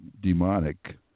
demonic